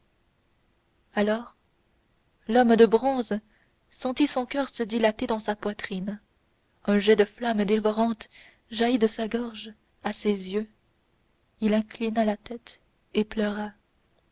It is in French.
alors l'homme de bronze sentit son coeur se dilater dans sa poitrine un jet de flamme dévorante jaillit de sa gorge à ses yeux il inclina la tête et pleura